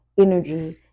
energy